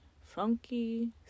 funky